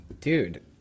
Dude